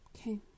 Okay